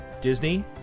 Disney